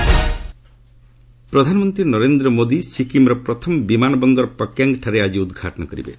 PM Sikkim ପ୍ରଧାନମନ୍ତ୍ରୀ ନରେନ୍ଦ୍ର ମୋଦି ସିକ୍କିମର ପ୍ରଥମ ବିମାନ ବନ୍ଦର ପକ୍ୟାଙ୍ଗ୍ ଠାରେ ଆଜି ଉଦ୍ଘାଟନ କରିବେ